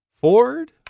Ford